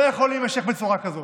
לא יכול להימשך בצורה כזאת.